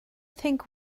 think